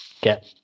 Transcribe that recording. get